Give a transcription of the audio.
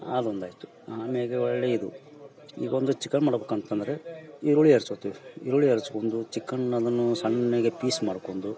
ಆದೊಂದು ಆಯಿತು ಆಮೇಗ ಒಳ್ಳಿ ಇದು ಈಗೊಂದು ಚಿಕನ್ ಮಾಡ್ಬಕಂತಂದರೆ ಈರುಳ್ಳಿ ಹೆರ್ಚೋಕ್ತಿವಿ ಈರುಳ್ಳಿ ಹೆರ್ಚ್ಕೊಂಡು ಚಿಕನ್ ಅದನ್ನು ಸಣ್ಣಗೆ ಪೀಸ್ ಮಾಡ್ಕೊಂಡು